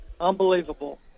unbelievable